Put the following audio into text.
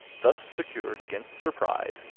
thus secured against surprise,